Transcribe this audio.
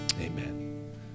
Amen